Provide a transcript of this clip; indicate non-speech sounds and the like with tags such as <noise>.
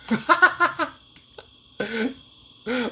<laughs>